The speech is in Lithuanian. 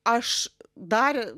aš dar